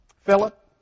Philip